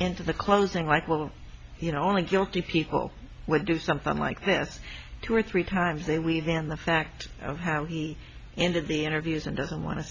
into the closing like well you know only guilty people will do something like this two or three times they weave in the fact of how he ended the interviews and doesn't want to